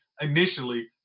initially